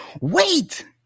wait